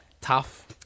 tough